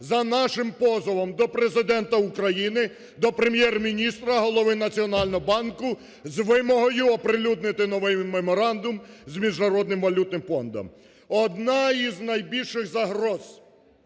за нашим позовом до Президента України, до Прем'єр-міністра, голови Національного банку з вимогою оприлюднити новий Меморандум з Міжнародним валютним фондом. Одна із найбільших загроз,